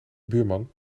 buurman